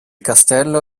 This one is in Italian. castello